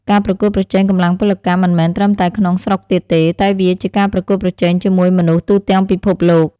ការប្រកួតប្រជែងកម្លាំងពលកម្មមិនមែនត្រឹមតែក្នុងស្រុកទៀតទេ តែវាជាការប្រកួតប្រជែងជាមួយមនុស្សទូទាំងពិភពលោក។